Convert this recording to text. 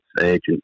agents